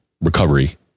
recovery